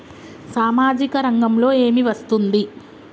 సామాజిక రంగంలో ఏమి వస్తుంది?